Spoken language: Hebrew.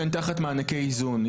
שהן תחת מענקי האיזון.